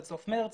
עד סוף מארס.